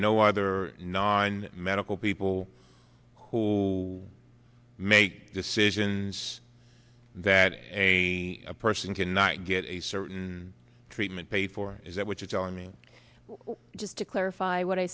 no other nine medical people who make decisions that a person cannot get a certain treatment pay for it is that what you're telling me just to clarify what i